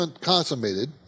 consummated